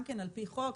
גם לפי חוק.